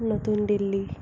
নতুন দিল্লী